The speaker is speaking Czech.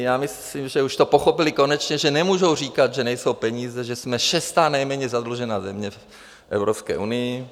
Já myslím, že už to pochopili konečně, že nemůžou říkat, že nejsou peníze, že jsme šestá nejméně zadlužená země v Evropské unii.